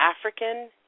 African